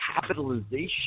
capitalization